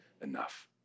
enough